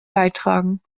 beitragen